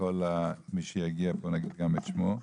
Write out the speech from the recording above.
וכל מי שיגיע לפה נגיד גם את שמו,